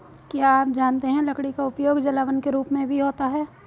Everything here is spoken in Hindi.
क्या आप जानते है लकड़ी का उपयोग जलावन के रूप में भी होता है?